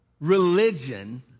religion